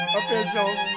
officials